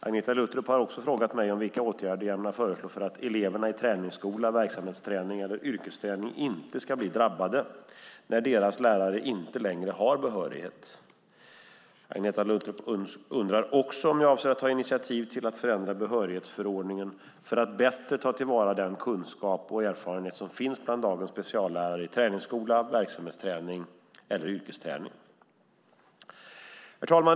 Agneta Luttropp har också frågat mig om vilka åtgärder jag ämnar föreslå för att eleverna i träningsskola, verksamhetsträning eller yrkesträning inte ska bli drabbade, när deras lärare inte längre har behörighet. Agneta Luttropp undrar också om jag avser att ta initiativ till att förändra behörighetsförordningen för att bättre ta till vara den kunskap och erfarenhet som finns bland dagens speciallärare i träningsskola, verksamhetsträning eller yrkesträning. Herr talman!